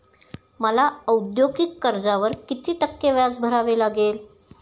मला औद्योगिक कर्जावर किती टक्के व्याज भरावे लागेल?